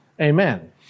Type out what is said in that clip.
Amen